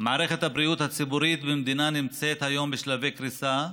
מערכת הבריאות הציבורית במדינה נמצאת היום בשלבי קריסה,